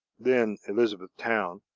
then elizabethtown,